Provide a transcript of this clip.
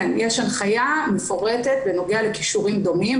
יש הנחיה מפורטת בנוגע לכישורים דומים,